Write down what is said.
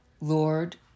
Lord